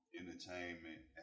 entertainment